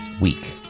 week